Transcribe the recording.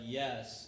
yes